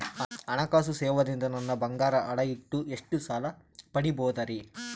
ಹಣಕಾಸು ಸೇವಾ ದಿಂದ ನನ್ ಬಂಗಾರ ಅಡಾ ಇಟ್ಟು ಎಷ್ಟ ಸಾಲ ಪಡಿಬೋದರಿ?